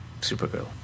Supergirl